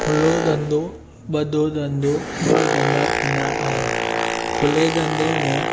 खुलो धंदो ॿधो धंदो ॿ धंदा थींदा आहिनि खुले धंदे में